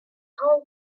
tall